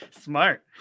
Smart